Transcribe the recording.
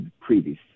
previous